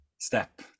step